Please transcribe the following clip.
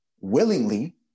willingly